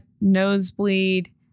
nosebleed